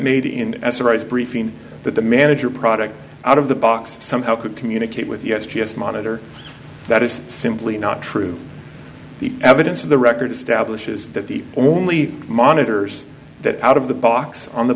made in a surprise briefing that the manager product out of the box somehow could communicate with the s t s monitor that is simply not true the evidence of the record stablish is that the only monitors that out of the box on the